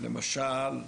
למשל,